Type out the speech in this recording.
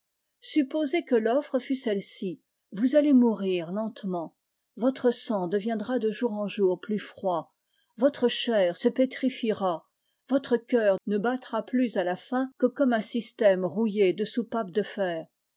supposez que l'offre fût celle-ci vous allez mourir lentement votre sang deviendra de jour en jour plus froid votre chair sepétrinera votre cœur ne battra plus à la fin que comme un système rouillé de soupapes de fer